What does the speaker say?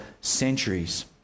centuries